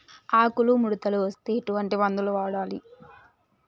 ఆకులు ముడతలు వస్తే ఎటువంటి మందులు వాడాలి?